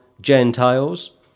Gentiles